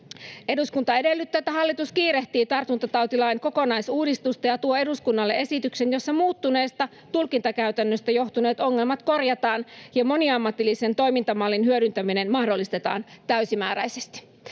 ”Eduskunta edellyttää, että hallitus kiirehtii tartuntatautilain kokonaisuudistusta ja tuo eduskunnalle esityksen, jossa muuttuneista tulkintakäytännöistä johtuneet ongelmat korjataan ja moniammatillisen toimintamallin hyödyntäminen mahdollistetaan täysimääräisesti.”